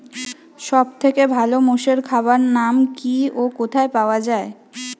সব থেকে ভালো মোষের খাবার নাম কি ও কোথায় পাওয়া যায়?